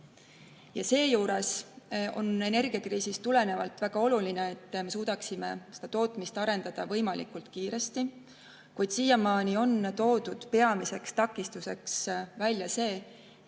Seejuures on energiakriisi tõttu väga oluline, et me suudaksime [taastuvelektri] tootmist arendada võimalikult kiiresti. Kuid siiamaani on toodud peamise takistusena välja see,